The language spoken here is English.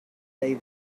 day